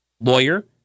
lawyer